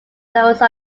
those